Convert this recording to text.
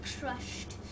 crushed